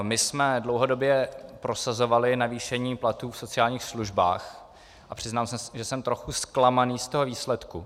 My jsme dlouhodobě prosazovali navýšení platů v sociálních službách a přiznám se, že jsem trochu zklamaný z výsledku.